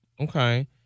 Okay